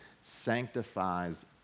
sanctifies